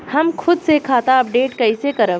हम खुद से खाता अपडेट कइसे करब?